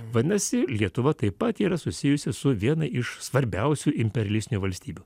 vadinasi lietuva taip pat yra susijusi su viena iš svarbiausių imperialistinių valstybių